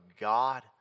God